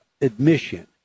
admission